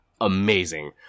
amazing